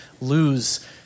lose